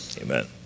Amen